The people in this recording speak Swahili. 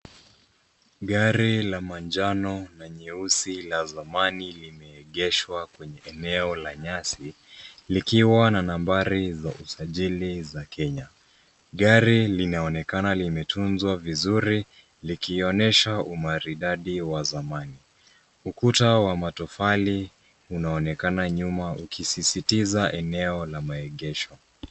Gari la manjano na nyeusi la zamani limeegeshwa kwenye eneo la nyasi, likiwa na nambari za usajili za Kenya. Gari linaonekana limetunzwa vizuri, likionyesha umaridadi zamani. Ukuta wa matofali unaonekana nyuma, ukisisitiza eneo la maegesho.